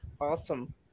Awesome